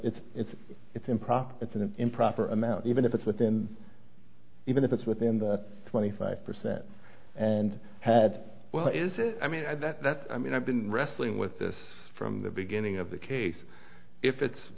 it's it's it's improper it's an improper amount even if it's within even if it's within the twenty five percent and had well is it i mean that's i mean i've been wrestling with this from the beginning of the case if it's